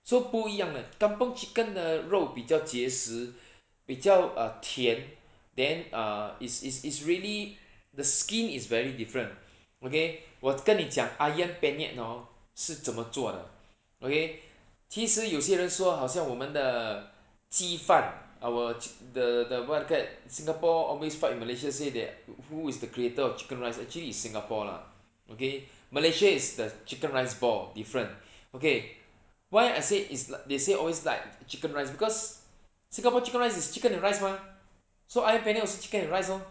so 不一样的 kampung chicken 的肉比较结实 比较 uh 甜 then uh is is is really the skin is very different okay 我跟你讲 ayam penyet hor 是怎么做的 okay 其实有些人说好像我们的鸡饭 our chi~ the the what do you call that singapore always fight with malaysia say that who is the greater of chicken rice actually is singapore lah okay malaysia is the chicken rice ball different okay why I say is they say always like chicken rice because singapore chicken rice is chicken and rice mah so ayam penyet also chicken and rice lor